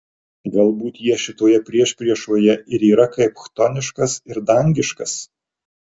galbūt jie šitoje priešpriešoje ir yra kaip chtoniškas ir dangiškas